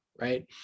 Right